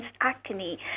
acne